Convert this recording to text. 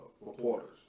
reporters